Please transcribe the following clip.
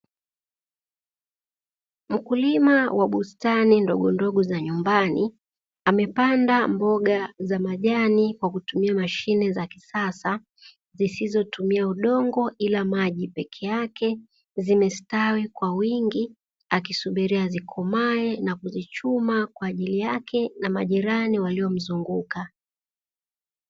Mkulima wa bustani ndogondogo za nyumbani amepanda mboga za majani kwa kutumia mashine za kisasa zisizotumia udongo ila maji peke yake, zimestawi kwa wingi akisubiria zikomae na kuzichuma kwajili yake na majirani waliomzunguka.